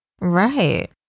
Right